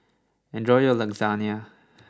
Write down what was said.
enjoy your Lasagne